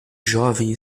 jovem